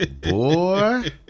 Boy